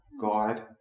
guide